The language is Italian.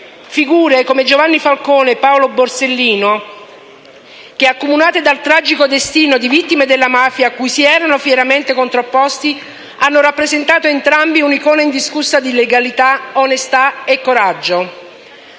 figure come Giovanni Falcone e Paolo Borsellino che, accomunate dal tragico destino di vittime della mafia cui si erano fieramente contrapposti, hanno rappresentato entrambi un'icona indiscussa di legalità, onestà e coraggio.